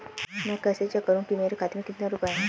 मैं कैसे चेक करूं कि मेरे खाते में कितने रुपए हैं?